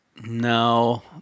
No